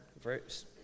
verse